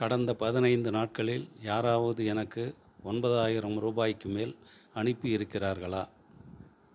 கடந்த பதினைந்து நாட்களில் யாராவது எனக்கு ஒன்பதாயிரம் ரூபாய்க்கு மேல் அனுப்பி இருக்கிறார்களா